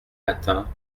matin